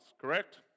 correct